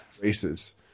races